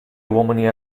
uomini